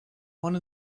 one